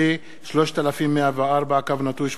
פ/3104/18